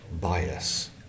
bias